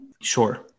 Sure